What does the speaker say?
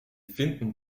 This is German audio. finden